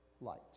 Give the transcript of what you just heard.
light